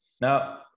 Now